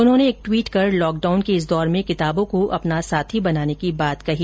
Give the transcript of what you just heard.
उन्होंने एक ट्वीट कर लॉक डाउन के इस दौर में किताबो को अपना साथी बनाने की बात कही